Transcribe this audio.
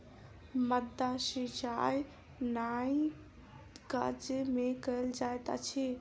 माद्दा सिचाई नाइ गज में कयल जाइत अछि